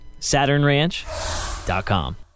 SaturnRanch.com